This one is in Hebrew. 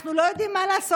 אנחנו לא יודעים מה לעשות.